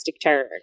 terror